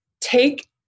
take